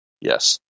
Yes